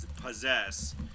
possess